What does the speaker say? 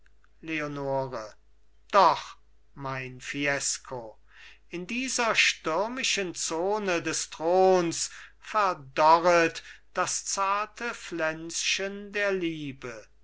leonore doch mein fiesco in dieser stürmischen zone des throns verdorret das zarte pflänzchen der liebe